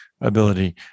ability